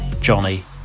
Johnny